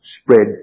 spread